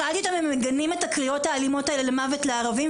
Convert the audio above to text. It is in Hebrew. שאלתי אותם אם הם מגנים את הקריאות האלימות האלה מוות לערבים,